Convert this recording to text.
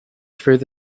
through